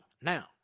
now